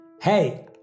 Hey